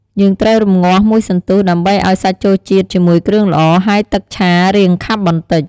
យើងត្រូវរម្ងាស់មួយសន្ទុះ ដើម្បីឱ្យសាច់ចូលជាតិជាមួយគ្រឿងល្អ ហើយទឹកឆារាងខាប់បន្តិច។